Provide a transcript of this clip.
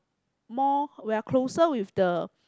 more we're closer with the